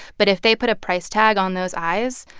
but if they put a price tag on those eyes,